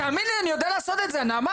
תאמיני לי אני יודע לעשות את זה נעמה.